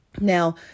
Now